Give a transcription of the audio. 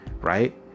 right